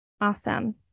awesome